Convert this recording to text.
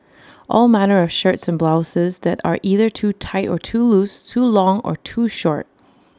all manner of shirts and blouses that are either too tight or too loose too long or too short